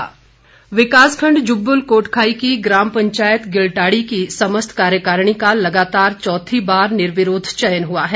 निर्विरोध विकास खण्ड जुब्बल कोटखाई की ग्राम पंचायत गिल्टाड़ी की समस्त कार्यकारिणी का लगातार चौथी बार निर्विरोध चयन हुआ है